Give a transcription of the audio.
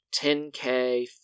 10K